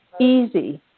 easy